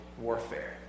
warfare